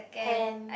hand